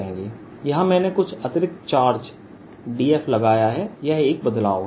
यहां मैंने कुछ अतिरिक्त चार्ज df लगाया है यह एक बदलाव है